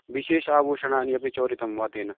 विशेषाभूषणानि अपि चोरितं वा तेन